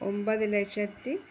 ഒൻപത് ലക്ഷത്തി